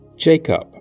Jacob